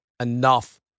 enough